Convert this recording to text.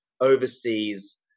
overseas